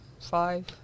five